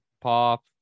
Pop